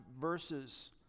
verses